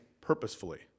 purposefully